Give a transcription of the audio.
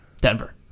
Denver